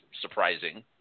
surprising